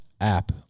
app